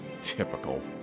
Typical